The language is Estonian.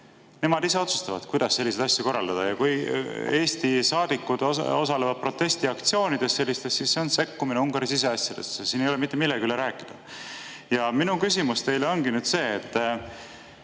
Nemad ise otsustavad, kuidas selliseid asju korraldada. Ja kui Eesti saadikud osalevad sellistes protestiaktsioonides, siis see on sekkumine Ungari siseasjadesse. Siin ei ole mitte millegi üle rääkida. Minu küsimus teile ongi see.